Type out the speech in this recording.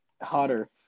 Hotter